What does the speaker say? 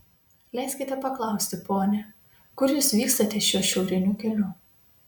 leiskite paklausti pone kur jūs vykstate šiuo šiauriniu keliu